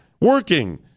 working